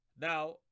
Now